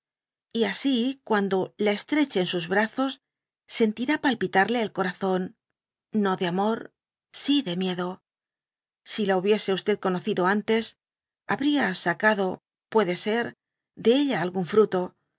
y asi cuando la estroghe en sus brazos sentirá palpitarle el corazón no de amor sí de miedo si la hubiesen conocido ártes habría sacado puede ser de ella algún fruto